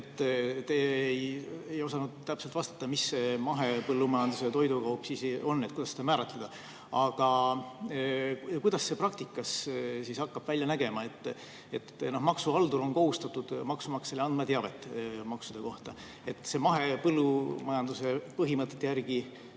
Te ei osanud täpselt vastata, mis see mahepõllumajanduse toidukaup on, kuidas seda määratleda. Aga kuidas see praktikas hakkab välja nägema? Maksuhaldur on kohustatud maksumaksjale andma teavet maksude kohta. Mahepõllumajanduse põhimõtete järgi